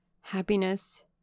happiness